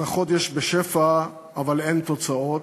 הבטחות יש בשפע אבל אין תוצאות.